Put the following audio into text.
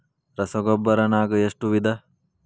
ರಸಗೊಬ್ಬರ ನಾಗ್ ಎಷ್ಟು ವಿಧ?